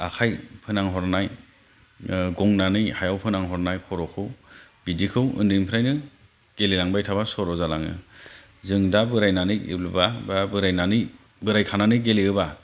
आखाय फोनांहरनाय गंनानै हायाव फोनांहरनाय खर'खौ बिदिखौ उन्दैनिफ्रायनो गेलेलांबाय थाबा सर' जालाङो जों दा बोरायनानै गेलेबा बा बोरायनानै बोरायखानानै गेलेयोबा